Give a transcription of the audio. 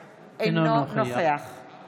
והיום לשמחתי אנחנו מגיעות ומגיעים לזה.